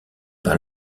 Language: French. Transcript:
par